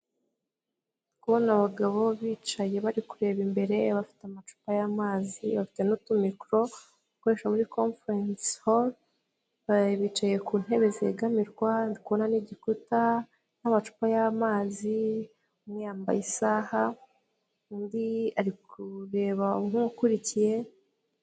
Ndi kubona abagabo bicaye bari kureba imbere bafite amacupa y'amazi, bafite n'utumikoro bakoresha muri komferensi holu, bicaye ku ntebe zegamirwa ndi kubona n'igikuta n'amacupa y'amazi, umwe yambaye isaha undi arikuba nk'ukurikiye.